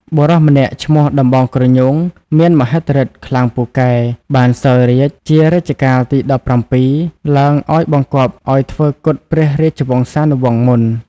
បុរសម្នាក់ឈ្មោះដំបងគ្រញូងមានមហិទ្ធិឬទ្ធិខ្លាំងពូកែ បានសោយរាជ្យជា រជ្ជកាលទី១៧ ឡើងឲ្យបង្គាប់ឲ្យធ្វើគុតព្រះរាជវង្សានុវង្សមុន។